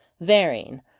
varying